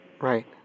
Right